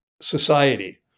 society